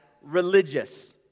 religious